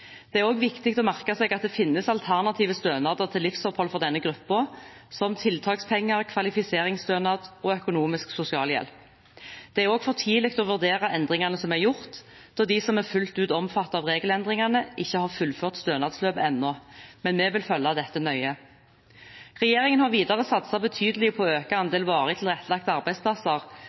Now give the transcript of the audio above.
Det er også viktig å merke seg at det finnes alternative stønader til livsopphold for denne gruppen, som tiltakspenger, kvalifiseringsstønad og økonomisk sosialhjelp. Det er for tidlig å vurdere endringene som er gjort, da de som er fullt ut omfattet av regelendringene, ikke har fullført stønadsløpet ennå, men vi vil følge dette nøye. Regjeringen har videre satset betydelig på å øke andelen varig tilrettelagte arbeidsplasser,